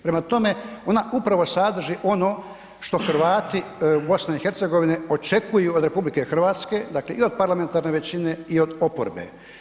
Prema tome, ona upravo sadrži ono što Hrvati BiH očekuju od RH, dakle, i od parlamentarne većine i od oporbe.